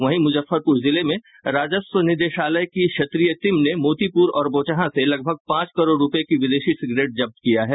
वहीं मुजफ्फरपुर जिले में राजस्व निदेशालय की क्षेत्रीय टीम ने मोतीपुर और बोचहां से लगभग पांच करोड़ रूपये की विदेशी सिगरेट जब्त किया है